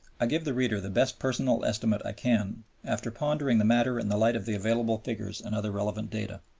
i give the reader the best personal estimate i can form after pondering the matter in the light of the available figures and other relevant data.